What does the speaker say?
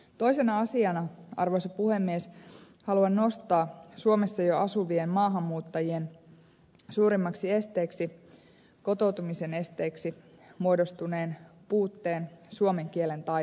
toisena asiana arvoisa puhemies haluan nostaa esiin suomessa jo asuvien maahanmuuttajien suurimmaksi esteeksi kotoutumisen esteeksi muodostuneen puutteen suomen kielen taidossa